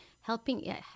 helping